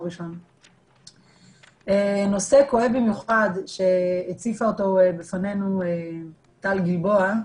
נושא כואב במיוחד שהציפה טל גלבוע,